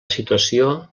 situació